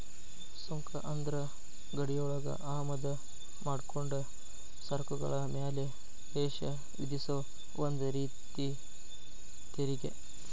ಸುಂಕ ಅಂದ್ರ ಗಡಿಯೊಳಗ ಆಮದ ಮಾಡ್ಕೊಂಡ ಸರಕುಗಳ ಮ್ಯಾಲೆ ದೇಶ ವಿಧಿಸೊ ಒಂದ ರೇತಿ ತೆರಿಗಿ